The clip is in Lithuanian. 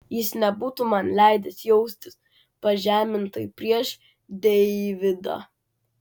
jis nebūtų man leidęs jaustis pažemintai prieš deividą